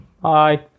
Bye